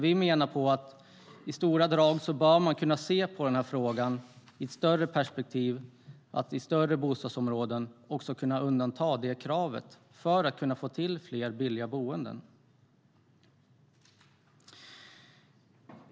Vi anser att man bör kunna se på den här frågan i ett större perspektiv genom att i större bostadsområden kunna undanta det kravet och därmed få fram fler billiga bostäder.